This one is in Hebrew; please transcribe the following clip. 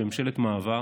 של ממשלת מעבר,